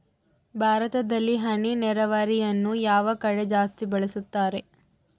ಭಾರತದಲ್ಲಿ ಹನಿ ನೇರಾವರಿಯನ್ನು ಯಾವ ಕಡೆ ಜಾಸ್ತಿ ಬಳಸುತ್ತಾರೆ?